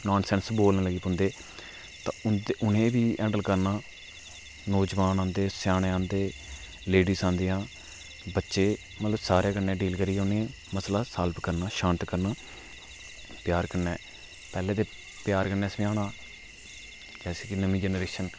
non sense बोलन लगी पोंदे तां उनेंगी बी हैंडल करना नौ जबान आंदे स्याने आंदे लेडिस आंदियां बच्चे मतलब सारें कन्नै डील करियै उनेंगी मसला सालब करना शांत करना प्यार कन्नै पैहले ते प्यार कन्नै समझाना कि नमीं जनरेशन